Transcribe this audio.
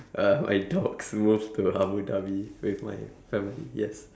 uh my dogs moved to Abu-Dhabi with my family yes